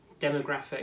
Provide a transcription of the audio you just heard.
demographic